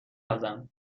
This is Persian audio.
پزم